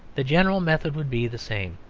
the general method would be the same.